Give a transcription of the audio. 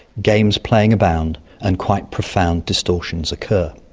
games playing abound and quite profound distortions occur.